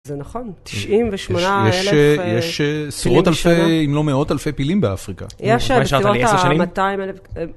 זה נכון, 98 אלף פילים שנה, יש עשרות אלפי, אם לא מאות אלפי פילים באפריקה. יש בסביבות ה-200 אלף.